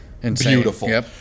beautiful